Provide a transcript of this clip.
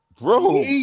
bro